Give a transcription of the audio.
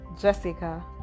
jessica